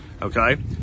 Okay